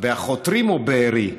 בהחותרים או בבארי?